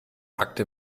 packte